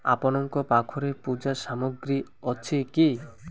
ଆପଣଙ୍କ ପାଖରେ ପୂଜା ସାମଗ୍ରୀ ଅଛି କି